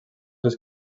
seus